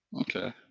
okay